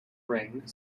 ring